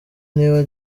niba